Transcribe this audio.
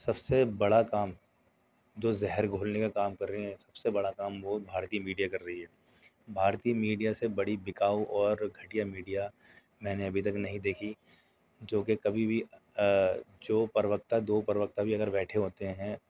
سب سے بڑا کام جو زہر گھولنے کا کام کر رہے ہیں سب سے بڑا کام وہ بھارتیہ میڈیا کر رہی ہے بھارتیہ میڈیا سے بڑی بکاؤ اور گھٹیا میڈیا میں نے ابھی تک نہیں دیکھی جو کہ کبھی بھی جو پروکتا دو پروکتا بھی اگر بیٹھے ہوتے ہیں